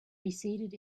receded